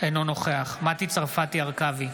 אינו נוכח מטי צרפתי הרכבי,